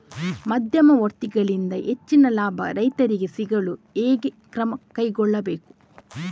ಮಧ್ಯವರ್ತಿಗಳಿಂದ ಹೆಚ್ಚಿನ ಲಾಭ ರೈತರಿಗೆ ಸಿಗಲು ಹೇಗೆ ಕ್ರಮ ಕೈಗೊಳ್ಳಬೇಕು?